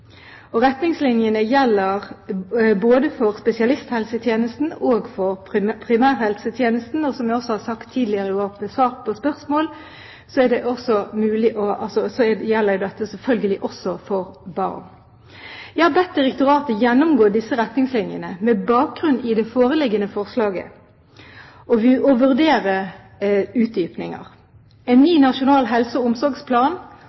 diagnoser. Retningslinjene gjelder både for spesialisthelsetjenesten og for primærhelsetjenesten, og som jeg også har sagt tidligere i år og svart på spørsmål, gjelder dette selvfølgelig også for barn. Jeg har bedt direktoratet gjennomgå disse retningslinjene med bakgrunn i det foreliggende forslaget og vurdere utdypinger. En ny nasjonal helse- og omsorgsplan